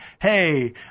hey